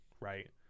right